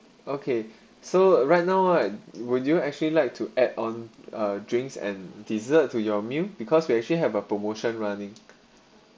okay so right now right would you actually like to add on uh drinks and dessert to your meal because we actually have a promotion running